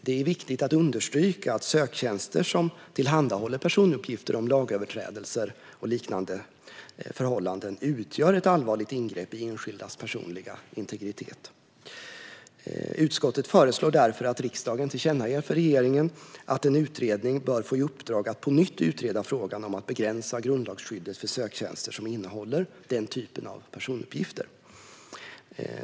Det är viktigt att understryka att söktjänster som tillhandahåller personuppgifter om lagöverträdelser och liknande förhållanden utgör ett allvarligt ingrepp i enskildas personliga integritet. Utskottet föreslår därför att riksdagen tillkännager för regeringen att en utredning bör få i uppdrag att på nytt utreda frågan om att begränsa grundlagsskyddet för söktjänster som innehåller den typen av personuppgifter.